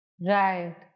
Right